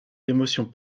l’émotion